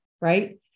Right